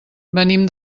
venim